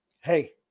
Hey